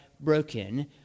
broken